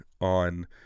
on